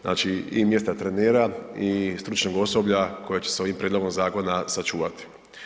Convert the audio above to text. Znači i mjesta trenera i stručnog osoblja koje će se ovim prijedlogom zakona sačuvati.